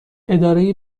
اداره